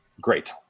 great